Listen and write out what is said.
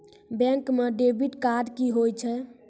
Bank म debit card की होय छै?